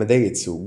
מדי ייצוג